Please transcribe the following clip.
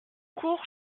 cours